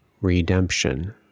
redemption